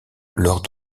lors